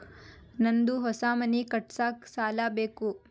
ನಂದು ಹೊಸ ಮನಿ ಕಟ್ಸಾಕ್ ಸಾಲ ಬೇಕು